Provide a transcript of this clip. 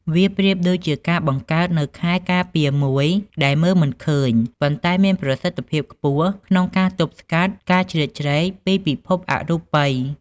វាប្រៀបដូចជាការបង្កើតនូវខែលការពារមួយដែលមើលមិនឃើញ ប៉ុន្តែមានប្រសិទ្ធភាពខ្ពស់ក្នុងការទប់ស្កាត់ការជ្រៀតជ្រែកពីពិភពអរូបិយ